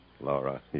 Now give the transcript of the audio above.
Laura